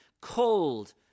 cold